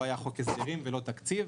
לא היה חוק הסדרים ולא תקציב.